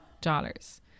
dollars